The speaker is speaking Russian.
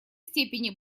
степени